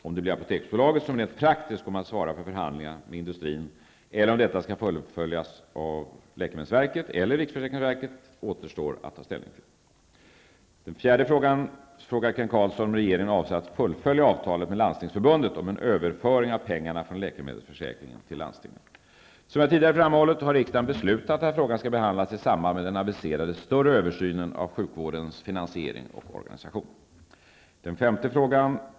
Om det blir Apoteksbolaget som rent praktiskt kommer att svara för förhandlingarna med läkemedelsindustrin eller om detta skall fullgöras av läkemedelsverket eller riksförsäkringsverket återstår ännu att ta ställning till. 4. Kent Carlsson frågar om regeringen avser att fullfölja avtalet med Landstingsförbundet om en överföring av pengarna för läkemedelsförsäkringen till landstingen. Som jag tidigare framhållit har riksdagen beslutat att frågan skall behandlas i samband med den aviserade större översynen av hälso och sjukvårdens organisation och finansiering. 5.